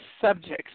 subjects